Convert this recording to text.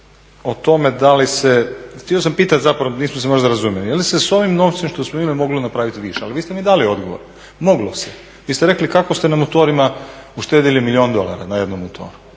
o tome da li se, htio sam pitati zapravo, nismo se možda razumjeli. Je li se sa ovim novcem što smo imali moglo napraviti više? Ali vi ste mi dali odgovor, moglo se. Vi ste rekli kako ste na motorima uštedjeli milijun dolara, na jednom motoru,